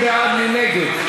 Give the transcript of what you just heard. מי בעד, מי נגד?